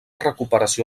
recuperació